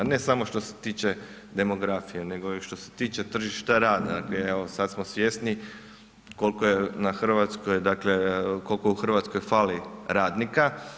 Ne samo što se tiče demografije, nego i što se tiče tržišta rada, gdje evo sada smo svjesni koliko je na Hrvatskoj, dakle koliko u Hrvatskoj fali radnika.